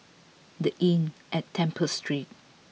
the Inn at Temple Street